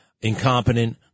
incompetent